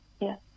Yes